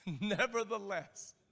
Nevertheless